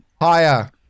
Higher